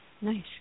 Nice